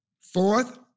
Fourth